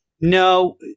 No